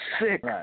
sick